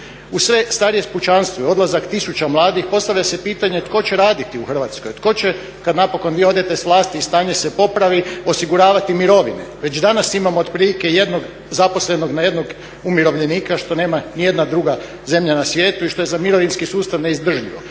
Uz sve starije kućanstvo i odlazak tisuća mladih postavlja se pitanje tko će raditi u Hrvatskoj. Tko će kada napokon vi odete sa vlasti i stanje se popravi osiguravati mirovine? Već danas imamo otprilike 1 zaposlenog na 1 umirovljenika što nema niti jedna druga zemlja na svijetu i što je za mirovinski sustav neizdrživo.